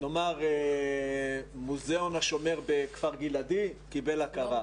נאמר, מוזיאון השומר בכפר גלעדי קיבל הכרה.